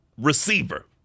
receiver